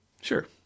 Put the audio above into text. Sure